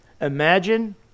Imagine